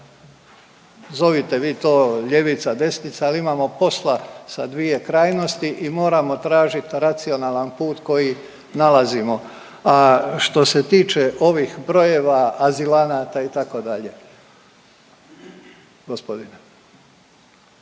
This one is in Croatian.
Zovite vi to ljevica, desnica, al imamo posla sa dvije krajnosti i moramo tražiti racionalan put koji nalazimo. A što se tiče ovih brojeva azilanata itd.,